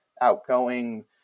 outgoing